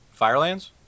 firelands